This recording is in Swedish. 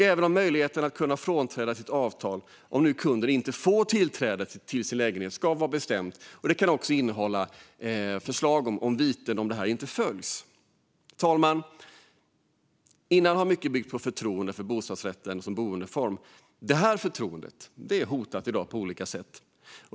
Även möjligheten att kunna frånträda sitt avtal, om kunden inte får tillträde till sin lägenhet, ska vara bestämd. Det ska också kunna finnas förslag på viten om detta inte följs. Tryggare bostadsrätt Fru talman! Tidigare har mycket byggt på förtroendet för bostadsrätten som boendeform. Detta förtroende är i dag hotat på olika sätt.